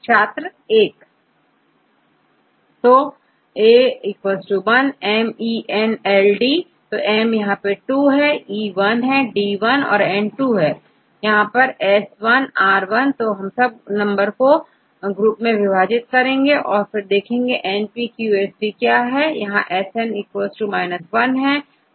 छात्र 1 छात्र 1 A 1 औरM E N और L D M 2 E 1 D 1 N 2 S 1 R 1 तो हम नंबर तो ग्रुप में विभाजित कर लेंगे यदि आप देखें NPQST यहांS N 1 है